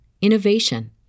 innovation